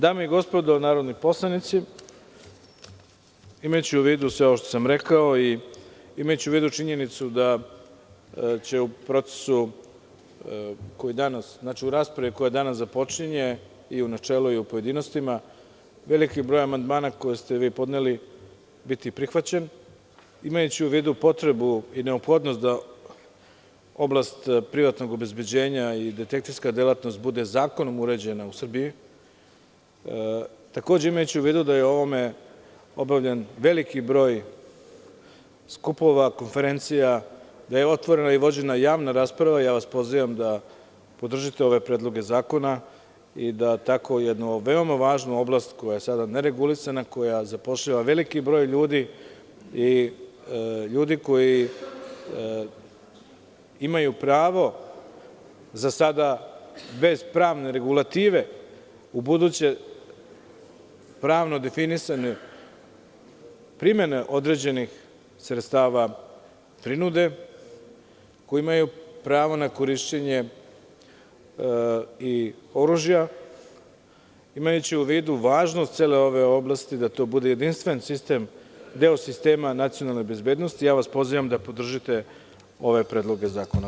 Dame i gospodo narodni poslanici, imajući u vidu sve ovo što sam rekao i imajući u vidu činjenicu da će u raspravi koja danas započinje, i u načelu i u pojedinostima, veliki broj amandmana koji ste vi podneli biti prihvaćen, imajući u vidu potrebu i neophodnost da oblast privatnog obezbeđenja i detektivska delatnost bude zakonom uređena u Srbiji, takođe imajući u vidu da je o ovome obavljen veliki broj skupova, konferencija, da je otvorena i vođena javna rasprava, ja vas pozivam da podržite ove predloge zakona i da tako jednu veoma važnu oblast, koja je sada neregulisana, koja zapošljava veliki broj ljudi koji imaju pravo za sada bez pravne regulative, u buduće pravno definisane primene određenih sredstava prinude, koji imaju pravo na korišćenje i oružja, imajući u vidu važnost cele ove oblasti da to bude jedinstven sistem, deo sistema nacionalne bezbednosti, ja vas pozivam da podržite ove predloge zakona.